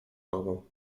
nogą